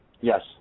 Yes